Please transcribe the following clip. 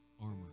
armor